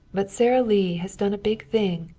but sara lee has done a big thing.